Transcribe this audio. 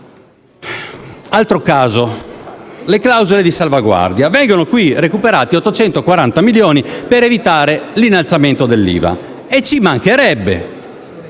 Altra questione, le clausole di salvaguardia: vengono recuperati 840 milioni per evitare l'innalzamento dell'IVA; ci mancherebbe!